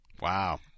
Wow